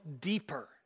deeper